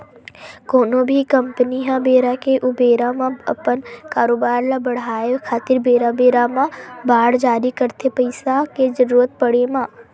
कोनो भी कंपनी ह बेरा के ऊबेरा म अपन कारोबार ल बड़हाय खातिर बेरा बेरा म बांड जारी करथे पइसा के जरुरत पड़े म